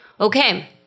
Okay